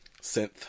synth